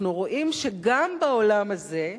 אנחנו רואים שגם בעולם הזה,